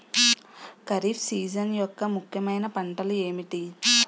Kharif season యెక్క ముఖ్యమైన పంటలు ఏమిటీ?